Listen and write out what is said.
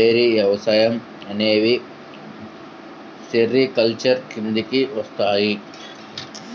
ఏరి వ్యవసాయం అనేవి సెరికల్చర్ కిందికి వస్తాయి